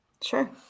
sure